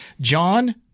John